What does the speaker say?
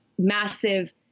massive